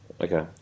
Okay